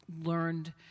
learned